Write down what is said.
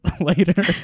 later